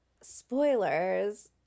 spoilers